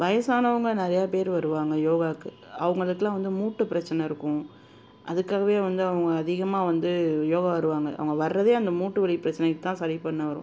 வயதானவுங்க நிறையா பேர் வருவாங்க யோகாவுக்கு அவங்களுக்குலாம் வந்து மூட்டுப் பிரச்சின இருக்கும் அதுக்காகவே வந்து அவங்க அதிகமாக வந்து யோகா வருவாங்க அவங்க வர்றதே அந்த மூட்டுவலிப் பிரச்சினைக்கிதான் சரி பண்ண வரு